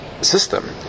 system